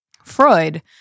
Freud